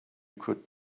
could